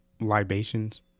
libations